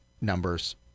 numbers